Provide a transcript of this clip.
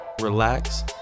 relax